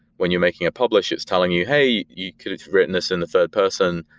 when you're making a publish it's telling you, hey, you could've written this in the third person.